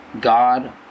God